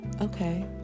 okay